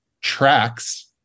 tracks